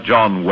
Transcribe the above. John